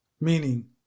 Meaning